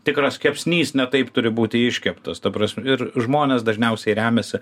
tikras kepsnys ne taip turi būti iškeptas ta prasme ir žmonės dažniausiai remiasi